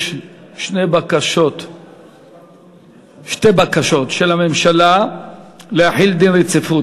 יש שתי בקשות של הממשלה להחיל דין רציפות.